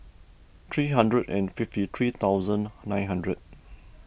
three hundred and fifty three thousand nine hundred